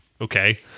okay